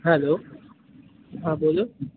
hello હાં બોલો